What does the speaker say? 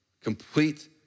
Complete